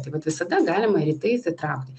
taip pat visada galima rytais įtraukti